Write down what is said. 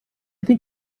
think